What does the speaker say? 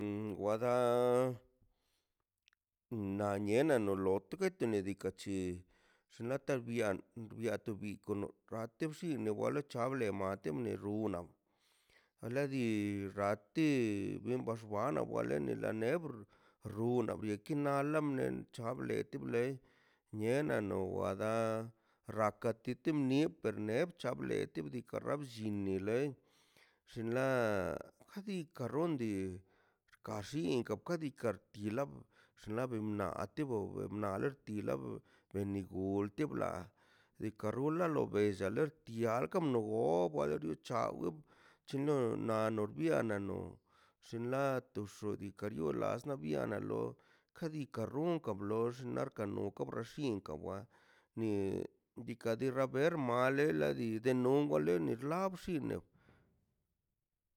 Um wada na niena lo dotəgue nika tichi netan bian biatunikono ate xini wale c̱ha bale mate tu runnan nale di ratin ben waxana wale tenele waneber runna biakinala biatu lei niena no wada rakata mie perne chab bnie tipdiikaꞌ bllini te loi xinla adika rundi ka bllinka kadika karkila xlabin la anti obe nalti lab bengolte nablə diikaꞌ rula lo bes xial la tialkan no gon lo bilucha agu chulan nor bianan xinla tuxi lo biala nas biana loi ka dikan runkan bloi xnaꞌ kan bxoka nox pinka we ni diikaꞌ no ba ber male na binde non wale ni rla bxinno